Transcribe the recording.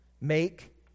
Make